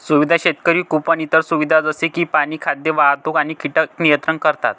सुविधा शेतकरी कुंपण इतर सुविधा जसे की पाणी, खाद्य, वाहतूक आणि कीटक नियंत्रण करतात